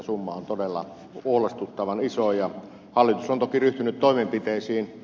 määrä on todella huolestuttavan iso ja hallitus on toki ryhtynyt toimenpiteisiin